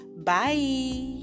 Bye